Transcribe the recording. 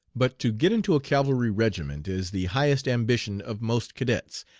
but to get into a cavalry regiment is the highest ambition of most cadets,